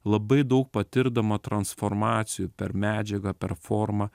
labai daug patirdama transformacijų per medžiagą per formą